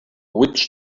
witch